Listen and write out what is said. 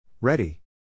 Ready